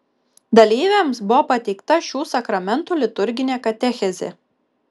dalyviams buvo pateikta šių sakramentų liturginė katechezė